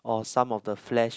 or some of the flesh